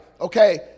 okay